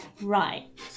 Right